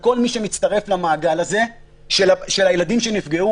וכל מי שמצטרף למעגל הזה של הילדים שנפגעו